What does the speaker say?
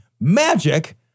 magic